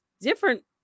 different